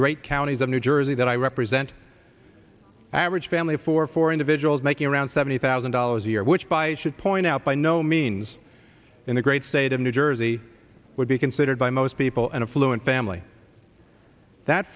great counties of new jersey that i represent average family of four for individuals making around seventy thousand dollars a year which by should point out by no means in the great state of new jersey would be considered by most people and affluent family that